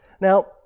Now